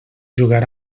jugar